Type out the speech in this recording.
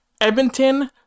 Edmonton